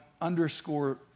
underscore